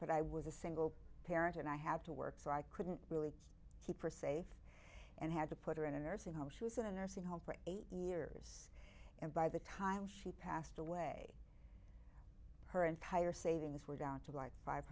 but i was a single parent and i had to work so i couldn't really keep her safe and had to put her in a nursing home she was in a nursing home for eight years and by the time she passed away her entire savings were down to like five